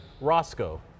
Roscoe